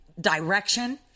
direction